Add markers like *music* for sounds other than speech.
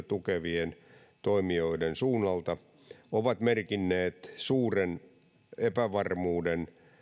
*unintelligible* tukevien toimijoiden suunnalta on merkinnyt suuren epävarmuuden